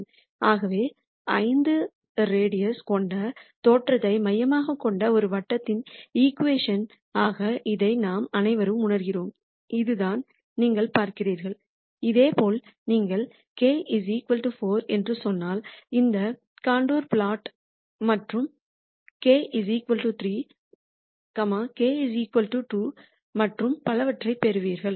ஆகவே 5 ஆரம் கொண்ட தோற்றத்தை மையமாகக் கொண்ட ஒரு வட்டத்தின் ஈக்வேஷன் ஆக இதை நாம் அனைவரும் உணர்கிறோம் இதுதான் நீங்கள் பார்க்கிறீர்கள் இதேபோல் நீங்கள் k 4 என்று சொன்னால் இந்த கண்டூர் பிளாட் மற்றும் k 3 k 2 மற்றும் பலவற்றைப் பெறுவீர்கள்